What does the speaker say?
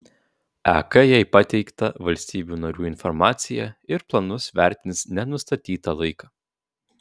ek jai pateiktą valstybių narių informaciją ir planus vertins nenustatytą laiką